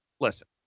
Listen